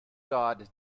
god